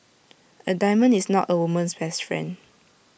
A diamond is not A woman's best friend